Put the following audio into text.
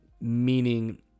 Meaning